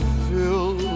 fill